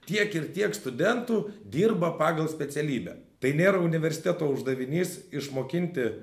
tiek ir tiek studentų dirba pagal specialybę tai nėra universiteto uždavinys išmokinti